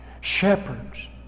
Shepherds